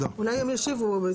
אולי שהם ישיבו.